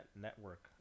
network